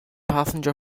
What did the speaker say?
passenger